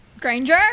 Granger